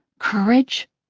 courage.